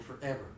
forever